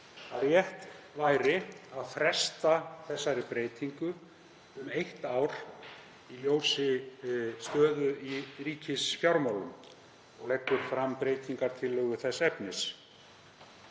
að rétt væri að fresta þessari breytingu um eitt ár í ljósi stöðu í ríkisfjármálum og leggur fram breytingartillögu þess efnis.